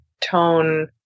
tone